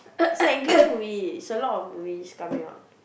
movie is a lot of movies coming up